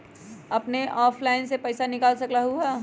अपने ऑनलाइन से पईसा निकाल सकलहु ह?